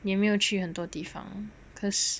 你有没有去很多地方 cause